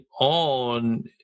on